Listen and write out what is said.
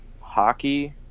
Hockey